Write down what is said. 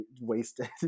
wasted